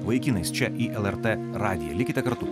vaikinais čia į lrt radiją likite kartu